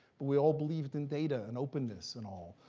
but we all believed in data and openness, and all.